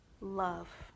love